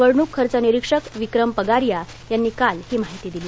निवडणूक खर्च निरीक्षक विक्रम पगारीया यांनी काल ही माहिती दिली